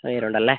നീര് ഉണ്ടല്ലേ